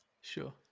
Sure